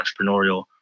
entrepreneurial